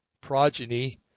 progeny